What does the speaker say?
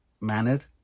mannered